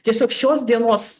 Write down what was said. tiesiog šios dienos